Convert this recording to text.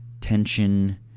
tension